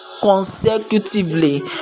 consecutively